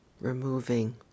removing